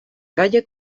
calle